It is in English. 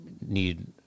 need